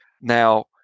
Now